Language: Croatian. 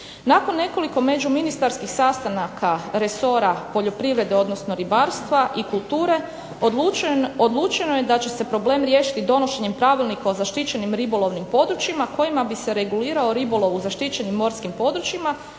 Nakon nekoliko međuministarskih sastanaka resora poljoprivrede odnosno ribarstva i kulture odlučeno je da će se problem riješiti donošenjem Pravilnika o zaštićenim ribolovnim područjima kojima bi se regulirao ribolov u zaštićenim morskim područjima,